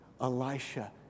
Elisha